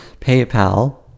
PayPal